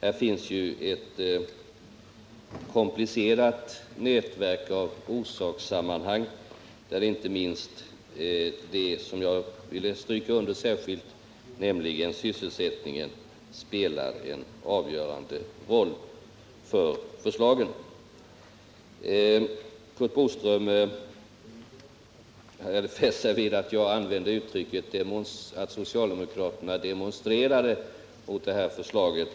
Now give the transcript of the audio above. Vi har här ett komplicerat nätverk av orsakssammanhang, där inte minst sysselsättningen, som jag särskilt ville stryka under, spelar en avgörande roll över förslagens utformning. Curt Boström hade fäst sig vid att jag använde uttrycket att socialdemokraterna demonstrerade mot det här förslaget.